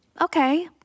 Okay